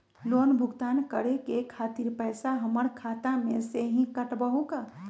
Loan भुगतान करे के खातिर पैसा हमर खाता में से ही काटबहु का?